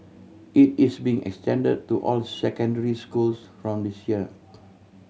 it is being extended to all secondary schools from this year